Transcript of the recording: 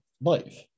life